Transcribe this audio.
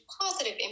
positive